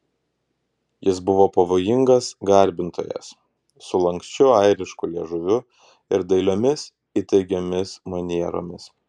jis buvo pavojingas garbintojas su lanksčiu airišku liežuviu ir dailiomis įtaigiomis manieromis